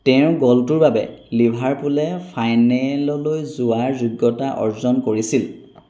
তেওঁৰ গ'লটোৰ বাবে লিভাৰপুলে ফাইনেললৈ যোৱাৰ যোগ্যতা অৰ্জন কৰিছিল